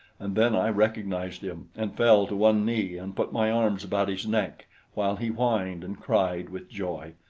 and then i recognized him, and fell to one knee and put my arms about his neck while he whined and cried with joy.